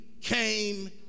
came